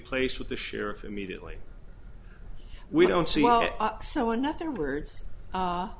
placed with the sheriff immediately we don't see